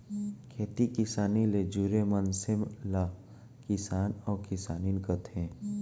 खेती किसानी ले जुरे मनसे ल किसान अउ किसानिन कथें